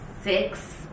six